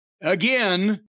again